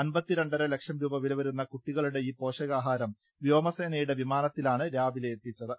അൻപത്തിരണ്ടര ലക്ഷം രൂപ വിലവരുന്ന കുട്ടികളുടെ ഈ പോഷകാ ഹാരം വ്യോമസേനയുടെ വിമാനത്തിലാണ് രാവിലെ എത്തിച്ചത്